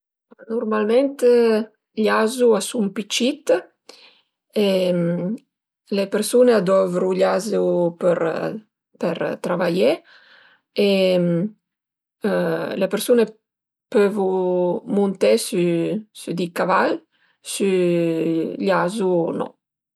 Nurmalment gl'azu a sun pi cit e le persun-e a dovru gl'azu për për travaié e le persun-e pövu munté sü di cvala, sü gl'azu no